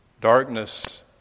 Darkness